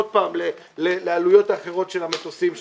עוד פעם לעלויות אחרות של המטוסים שחוכרים,